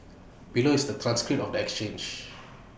below is the transcript of exchange